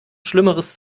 schlimmeres